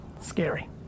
Scary